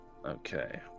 Okay